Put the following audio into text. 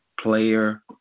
player